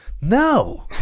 No